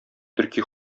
төрки